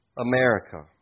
America